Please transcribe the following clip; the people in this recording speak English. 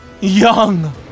young